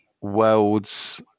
world's